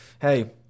hey